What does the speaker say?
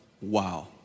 wow